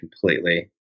completely